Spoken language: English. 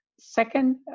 Second